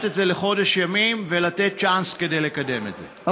את זה בחודש ימים ולתת צ'אנס כדי לקדם את זה.